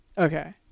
Okay